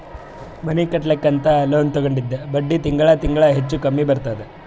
ಮನಿ ಕಟ್ಲಕ್ ಅಂತ್ ಲೋನ್ ತಗೊಂಡಿದ್ದ ಬಡ್ಡಿ ತಿಂಗಳಾ ತಿಂಗಳಾ ಹೆಚ್ಚು ಕಮ್ಮಿ ಬರ್ತುದ್